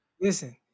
Listen